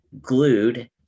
glued –